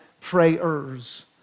prayers